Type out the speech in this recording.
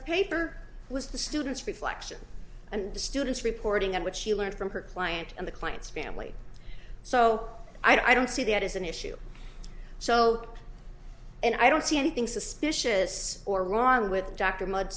the paper was the students reflection and the students reporting on what she learned from her client and the client's family so i don't see that as an issue so and i don't see anything suspicious or wrong with